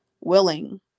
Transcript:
willing